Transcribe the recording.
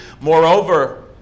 moreover